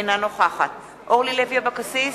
אינה נוכחת אורלי לוי אבקסיס,